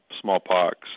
smallpox